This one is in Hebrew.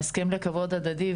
ההסכם לכבוד הדדי,